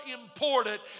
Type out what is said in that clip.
important